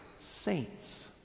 saints